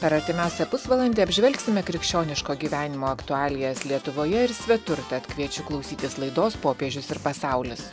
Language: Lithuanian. per artimiausią pusvalandį apžvelgsime krikščioniško gyvenimo aktualijas lietuvoje ir svetur tad kviečiu klausytis laidos popiežius ir pasaulis